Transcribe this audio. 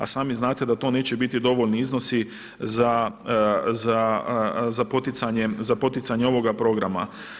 A sami znate da to neće biti dovoljni iznosi za poticanje ovoga programa.